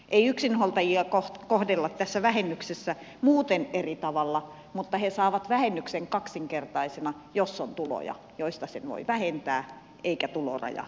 ei yksinhuoltajia kohdella tässä vähennyksessä muuten eri tavalla mutta he saavat vähennyksen kaksinkertaisena jos on tuloja joista sen voi vähentää eikä tuloraja ylity